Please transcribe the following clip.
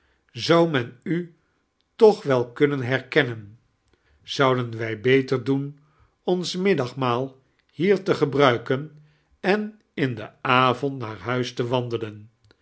zou men u toch wel kunnen heirkennen zouden wij beter doen one miiddagmaal hier te geibruikem en in den aw nd naar huis tie wandelen